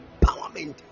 empowerment